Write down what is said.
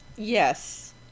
yes